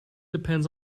depends